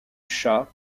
chat